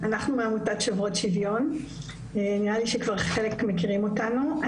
אנחנו מעמותת "שוברות שוויון" נראה לי שכבר חלק מכירים אותנו.